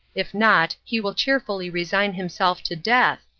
if not he will cheerfully resign himself to death,